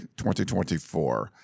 2024